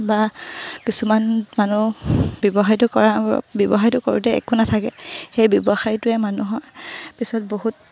বা কিছুমান মানুহ ব্যৱসায়টো কৰা ব্যৱসায়টো কৰোঁতে একো নাথাকে সেই ব্যৱসায়টোৱে মানুহৰ পিছত বহুত